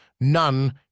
none